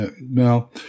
Now